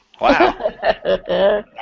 Wow